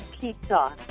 pizza